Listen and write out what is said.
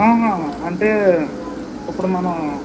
అంటే ఇప్పుడు మనము